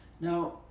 Now